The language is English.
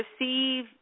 receive